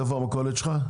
איפה המכולת שלך?